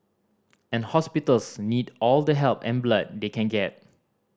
and hospitals need all the help and blood they can get